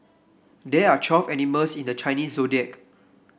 there are twelve animals in the Chinese Zodiac